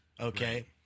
okay